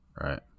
Right